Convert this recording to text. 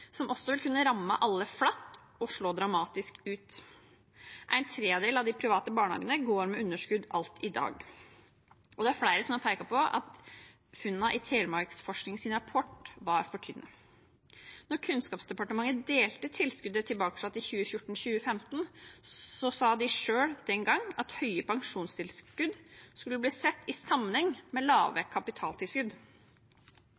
som også vil kunne ramme alle flatt og slå dramatisk ut. En tredjedel av de private barnehagene går med underskudd alt i dag, og det er flere som har pekt på at funnene i Telemarksforskings rapport var for tynne. Da Kunnskapsdepartementet delte ut tilskuddet i 2014–2015, sa de selv at høye pensjonstilskudd skulle ses i sammenheng med lave